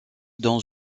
dans